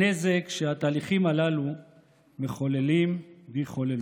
הנזק שהתהליכים הללו מחוללים ויחוללו.